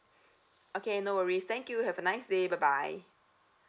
okay no worries thank you have a nice day bye bye